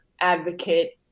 advocate